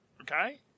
okay